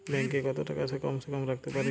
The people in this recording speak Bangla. ব্যাঙ্ক এ কত টাকা কম সে কম রাখতে পারি?